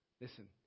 Listen